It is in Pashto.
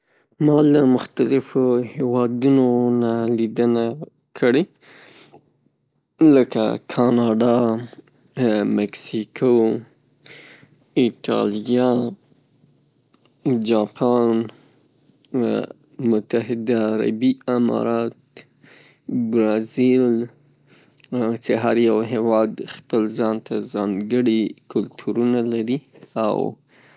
ما له مختلفو هیوادونو نه لیدنه کړې. لکه کاناډا، مکسیکو، ایټالیا، جاپان، متحده عربي امارات، برازیل څې هر یو هیواد خپل ځانته ځآنګړي کلتورونه لري او.